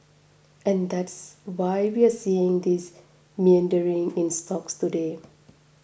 and that's why we're seeing this meandering in stocks today